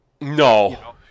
No